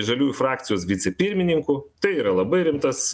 žaliųjų frakcijos vicepirmininku tai yra labai rimtas